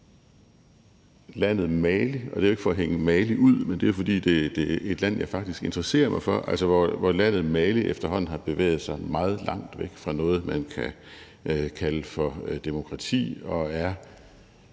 landet Mali. Det er jo ikke for at hænge Mali ud; det er faktisk, fordi det er et land, jeg interesserer mig for. Landet Mali har efterhånden bevæget sig meget langt væk fra noget, man kan kalde for demokrati, og det